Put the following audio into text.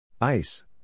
Ice